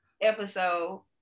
episode